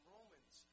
Romans